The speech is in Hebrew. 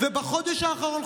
בחודש האחרון,